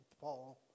Paul